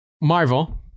Marvel